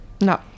no